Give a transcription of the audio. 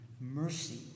mercy